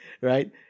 right